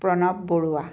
Pranab Barua